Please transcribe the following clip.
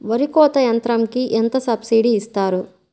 వరి కోత యంత్రంకి ఎంత సబ్సిడీ ఇస్తారు?